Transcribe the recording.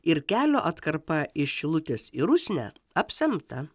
ir kelio atkarpa iš šilutės į rusnę apsemta